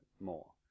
more